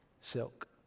silk